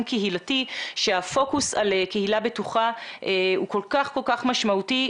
קהילתי שהפוקוס על קהילה בטוחה הוא כל כך משמעותי.